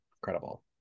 incredible